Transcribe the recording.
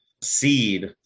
seed